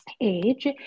age